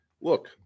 Look